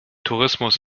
tourismus